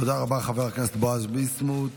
תודה רבה, חבר הכנסת בועז ביסמוט.